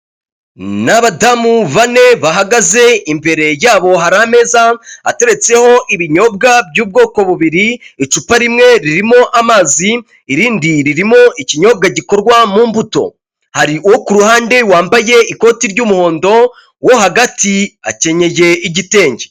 Ni abadamu bane bahagaze imbere yabo hari ameza ateretseho ibinyobwa by'ubwoko bubiri, icupa rimwe ririmo amazi irindi ririmo ikinyobwa gikorwa mu mbuto. Hari uwo ku ruhande wambaye ikoti ry'umuhondo, uwo hagati akenyege igitenge.